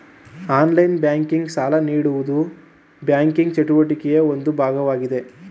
online banking, ಸಾಲ ನೀಡುವುದು banking ಚಟುವಟಿಕೆಯ ಒಂದು ಭಾಗವಾಗಿದೆ